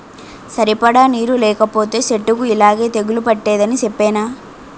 సరిపడా నీరు లేకపోతే సెట్టుకి యిలాగే తెగులు పట్టేద్దని సెప్పేనా?